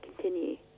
continue